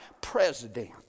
president